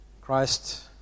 Christ